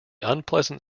unpleasant